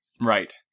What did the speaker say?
Right